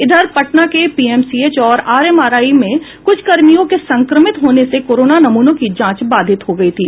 इधर पटना के पीएमसीएच और आरएमआरआई में कुछ कर्मियों के संक्रमित होने से कोरोना नमूनों की जांच बाधित हो गयी थी